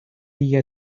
bila